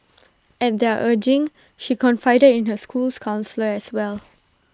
at their urging she confided in her school's counsellor as well